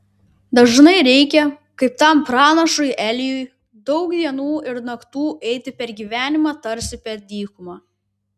dažnai reikia kaip tam pranašui elijui daug dienų ir naktų eiti per gyvenimą tarsi per dykumą